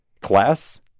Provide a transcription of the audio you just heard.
class